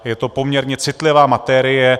Je to poměrně citlivá materie.